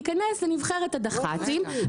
יכנס לנבחרת הדח"צים,